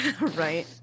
right